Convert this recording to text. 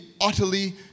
utterly